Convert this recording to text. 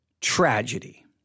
Tragedy